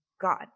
God